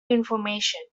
information